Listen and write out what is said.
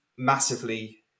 massively